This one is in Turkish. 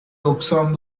doksan